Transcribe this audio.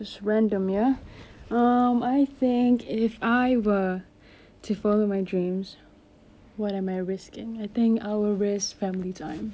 just random ya um I think if I were to follow my dreams what am I risking I think I will risk family time